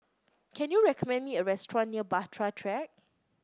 can you recommend me a restaurant near Bahtera Track